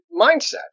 mindset